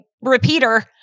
repeater